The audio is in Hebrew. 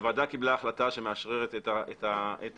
הוועדה קיבלה החלטה שמאשררת את התשלום